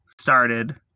started